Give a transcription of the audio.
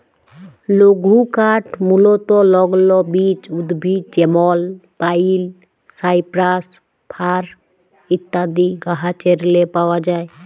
লঘুকাঠ মূলতঃ লগ্ল বিচ উদ্ভিদ যেমল পাইল, সাইপ্রাস, ফার ইত্যাদি গাহাচেরলে পাউয়া যায়